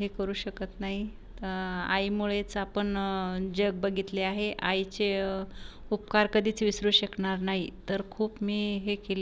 हे करू शकत नाही आईमुळेच आपण जग बघितले आहे आईचे उपकार कधीच विसरू शकणार नाही तर खूप मी हे केले